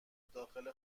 داخل